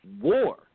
war